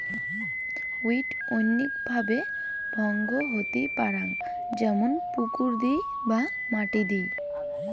weed অনৈক ভাবে ভঙ্গ হতি পারং যেমন পুকুর দিয় বা মাটি দিয়